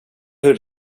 hur